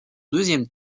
deuxième